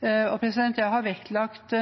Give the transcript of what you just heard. Jeg har nå vektlagt